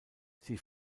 sie